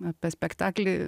apie spektaklį